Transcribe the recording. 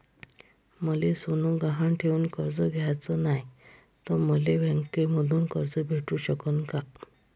मले सोनं गहान ठेवून कर्ज घ्याचं नाय, त मले बँकेमधून कर्ज भेटू शकन का?